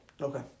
Okay